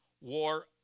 War